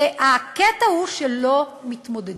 הקטע הוא, שלא מתמודדים.